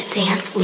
dance